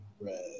Red